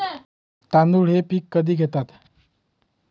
तांदूळ हे पीक कधी घेतात?